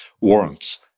warrants